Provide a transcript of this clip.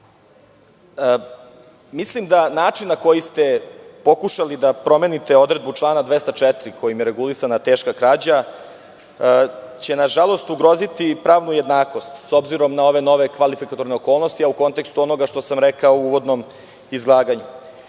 to. Mislim da će način na koji ste pokušali da promenite odredbu člana 204, kojim je regulisana teška krađa, nažalost ugroziti pravu jednakost, s obzirom na ove nove kvalifikatorne okolnosti, a u kontekstu onoga što sam rekao u uvodnom izlaganju.